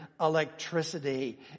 electricity